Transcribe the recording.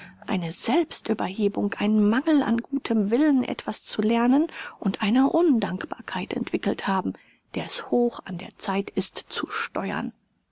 eine selbstüberhebung ein mangel an gutem willen etwas zu lernen und eine undankbarkeit entwickelt haben der es hoch an der zeit ist zu steuern